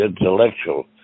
intellectual